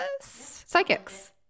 Psychics